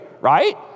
right